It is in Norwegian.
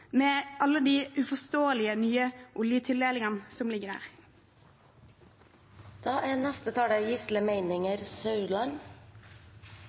med alle de uforståelige, nye oljetildelingene som ligger der. Det er